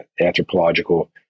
anthropological